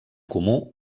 comú